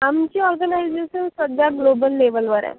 आमची ऑर्गनायजेशन सध्या ग्लोबल लेवलवर आहे